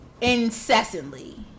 incessantly